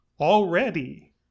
already